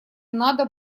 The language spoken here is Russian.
надо